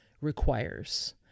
requires